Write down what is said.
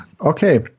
Okay